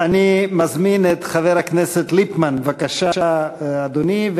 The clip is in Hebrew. אני מזמין את חבר הכנסת ליפמן, בבקשה, אדוני.